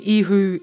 ihu